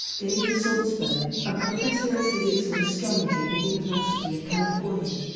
david saltzberg, a professor of physics and astronomy at the university of california,